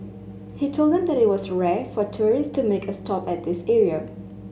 he told them that it was rare for tourist to make a stop at this area